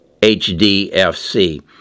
HDFC